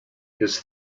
his